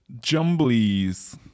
jumblies